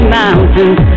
mountains